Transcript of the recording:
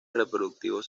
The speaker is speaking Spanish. reproductivos